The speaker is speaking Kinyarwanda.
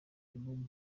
ikubiyemo